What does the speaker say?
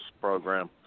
program